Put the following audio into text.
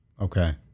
Okay